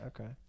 Okay